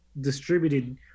distributed